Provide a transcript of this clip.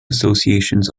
associations